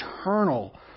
eternal